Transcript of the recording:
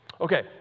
Okay